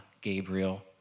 Gabriel